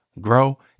grow